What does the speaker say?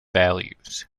values